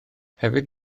hefyd